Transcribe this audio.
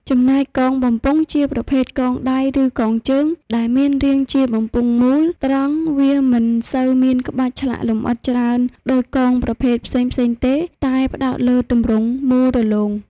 ចំណែកកងបំពង់ជាប្រភេទ កងដៃ ឬកងជើង ដែលមាន រាងជាបំពង់មូល ត្រង់ វាមិនសូវមានក្បាច់ឆ្លាក់លម្អិតច្រើនដូចកងប្រភេទផ្សេងៗទេ តែផ្តោតលើទម្រង់មូលរលោង។